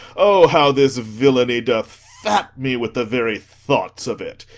o, how this villainy doth fat me with the very thoughts of it!